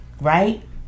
right